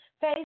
Face